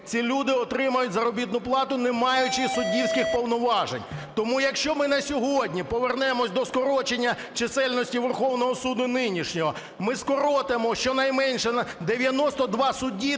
ці люди отримують заробітну плату, не маючи суддівських повноважень. Тому якщо ми на сьогодні повернемося до скорочення чисельності Верховного Суду нинішнього, ми скоротимо щонайменше на 92 судді,